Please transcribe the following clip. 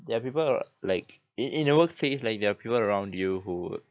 there are people like in in the workplace like there are people around you who